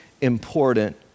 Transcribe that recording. important